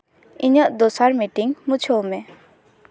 ᱤᱧᱟᱹᱜ ᱫᱚᱥᱟᱨ ᱢᱤᱴᱤᱝ ᱢᱩᱪᱷᱟᱹᱣ ᱢᱮ